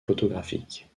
photographique